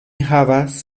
havas